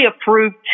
approved